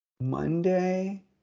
Monday